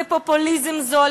בפופוליזם זול,